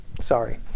Sorry